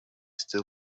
still